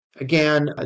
Again